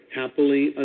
happily